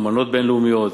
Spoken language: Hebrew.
אמנות בין-לאומיות,